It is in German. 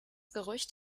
gerücht